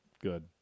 good